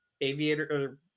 aviator